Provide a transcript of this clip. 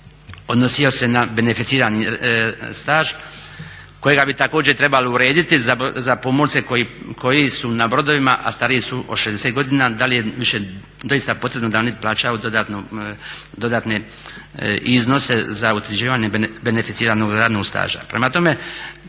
odnosio se na beneficirani staž kojega bi također trebalo urediti za pomorce koji su na brodovima a stariji su od 60 godina da li je više doista potrebno da oni plaćaju dodatne iznose za utvrđivanje beneficiranog radnog staža.